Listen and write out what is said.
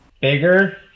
Bigger